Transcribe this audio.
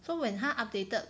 so when 他 updated